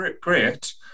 great